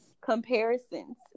comparisons